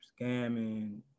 scamming